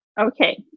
Okay